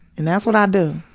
and that's what i do.